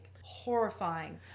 Horrifying